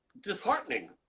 disheartening